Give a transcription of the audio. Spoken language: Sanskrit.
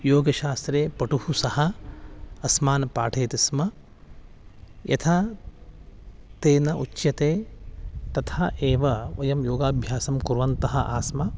योगशास्त्रे पटुः सः अस्मान् पाठयितः स्म यथा तेन उच्यते तथा एव वयं योगाभ्यासं कुर्वन्तः आस्म